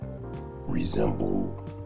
resemble